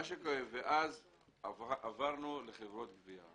ואז עברנו לחברות גבייה.